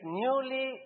newly